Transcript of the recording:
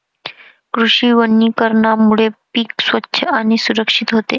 कृषी वनीकरणामुळे पीक स्वच्छ आणि सुरक्षित होते